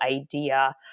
idea